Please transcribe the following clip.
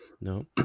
no